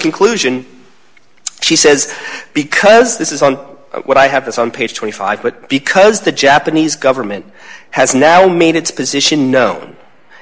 conclusion she says because this is on what i have this on page twenty five but because the japanese government has now made its position known